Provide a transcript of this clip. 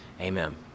Amen